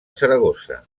saragossa